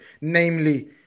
namely